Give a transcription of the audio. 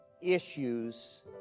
issues